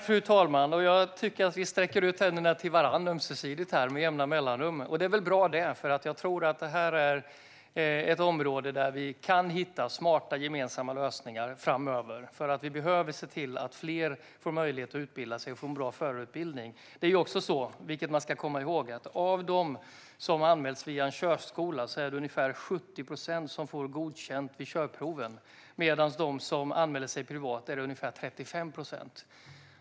Fru talman! Jag tycker att vi ömsesidigt sträcker ut händerna till varandra med jämna mellanrum, och det är väl bra det. Jag tror nämligen att detta är ett område där vi kan hitta smarta gemensamma lösningar framöver. Vi behöver nämligen se till att fler får möjlighet att utbilda sig och få en bra förarutbildning. Man ska också komma ihåg att det av dem som har anmälts via en körskola är ungefär 70 procent som får godkänt vid körproven. Av dem som anmäler sig privat är det ungefär 35 procent.